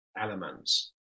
elements